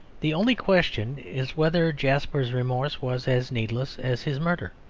the only question is whether jasper's remorse was as needless as his murder.